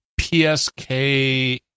PSK